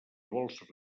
vols